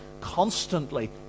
constantly